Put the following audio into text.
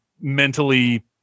mentally